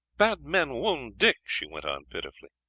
bad men wound dick, she went on pitifully.